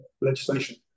legislation